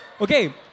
Okay